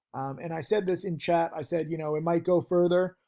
and i said this in chat i said, you know, it might go further,